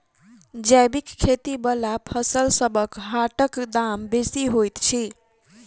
जैबिक खेती बला फसलसबक हाटक दाम बेसी होइत छी